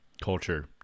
culture